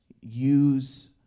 use